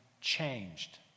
changed